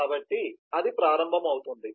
కాబట్టి అది ప్రారంభమవుతుంది